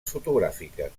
fotogràfiques